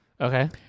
okay